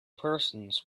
persons